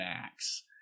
max